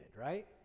right